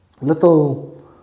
little